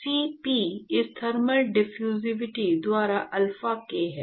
तो rho C p इस thermal diffusivity द्वारा अल्फा k है